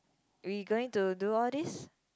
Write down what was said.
we going to do all these